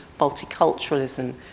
multiculturalism